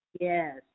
yes